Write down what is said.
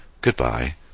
Goodbye